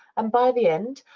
and by the end,